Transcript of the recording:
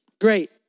Great